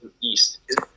East